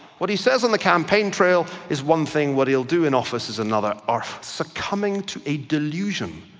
what he says on the campaign trail is one thing, what he'll do in office is another. um it's a coming to a delusion.